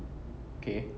okay